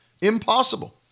Impossible